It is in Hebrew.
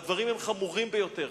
הדברים הם חמורים ביותר.